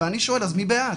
אז אני שואל אז מי בעד?